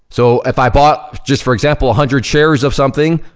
so if i bought, just for example, a hundred shares of something,